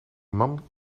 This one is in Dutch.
man